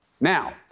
Now